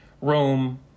Rome